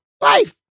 life